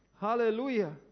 Hallelujah